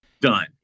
done